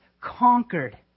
conquered